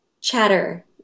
chatter